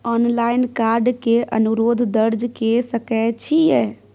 Online card के अनुरोध दर्ज के सकै छियै?